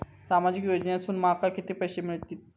सामाजिक योजनेसून माका किती पैशे मिळतीत?